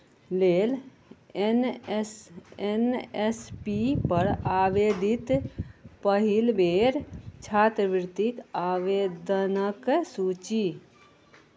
लेल N S N S P पर आवेदित पहिल बेर छात्रवृतिक आवेदनक सूची